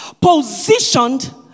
positioned